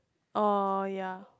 oh ya